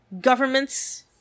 Governments